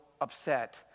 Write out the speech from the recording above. upset